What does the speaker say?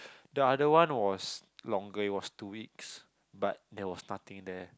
the other one was longer it was two weeks but there was nothing there